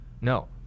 No